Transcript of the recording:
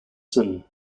sin